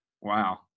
Wow